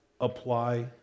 apply